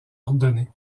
ordonné